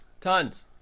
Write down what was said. Tons